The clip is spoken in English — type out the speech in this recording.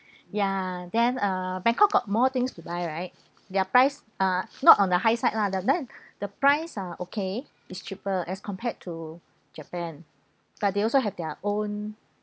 ya then uh bangkok got more things to buy right their price are not on the high side lah but then the price are okay is cheaper as compared to japan but they also have their own